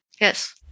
Yes